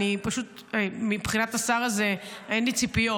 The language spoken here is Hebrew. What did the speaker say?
פשוט מבחינת השר הזה אין לי ציפיות,